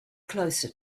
closer